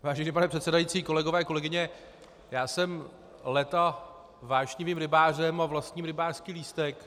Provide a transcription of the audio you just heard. Vážený pane předsedající, kolegové a kolegyně, já jsem léta vášnivým rybářem a vlastním rybářský lístek.